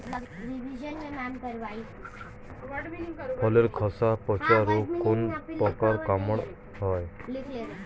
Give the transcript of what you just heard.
ফলের খোসা পচা রোগ কোন পোকার কামড়ে হয়?